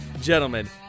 Gentlemen